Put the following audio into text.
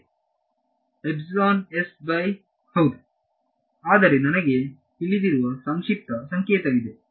ವಿದ್ಯಾರ್ಥಿ epsilon s by ಹೌದು ಆದರೆ ನನಗೆ ತಿಳಿದಿರುವ ಸಂಕ್ಷಿಪ್ತ ಸಂಕೇತವಿದೆ